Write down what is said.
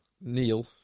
Neil